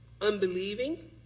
unbelieving